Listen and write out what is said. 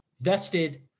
vested